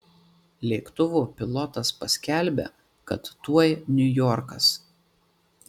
lėktuvo pilotas paskelbia kad tuoj niujorkas